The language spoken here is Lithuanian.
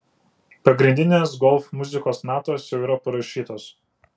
pagrindinės golf muzikos natos jau yra parašytos